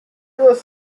years